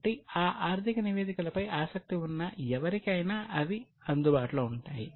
కాబట్టి ఆ ఆర్థిక నివేదికలపై ఆసక్తి ఉన్న ఎవరికైనా అవి అందుబాటులో ఉంటాయి